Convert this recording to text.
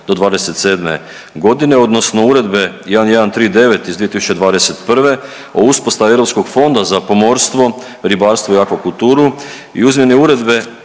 2021.-2027.g. odnosno Uredbe 1139/2021 o uspostavi Europskog fonda za pomorstvo, ribarstvo i akvakulturu i izmjeni Uredbe